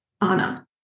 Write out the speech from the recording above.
anna